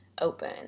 open